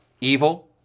Evil